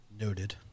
Noted